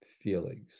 feelings